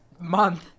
month